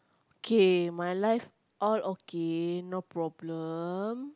K my life all okay no problem